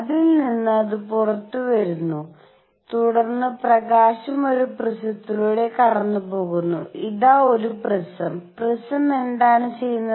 അതിൽ നിന്ന് അത് പുറത്തുവരുന്നു തുടർന്ന് പ്രകാശം ഒരു പ്രിസത്തിലൂടെ കടന്നുപോകുന്നു ഇതാ ഒരു പ്രിസം പ്രിസം എന്താണ് ചെയ്യുന്നത്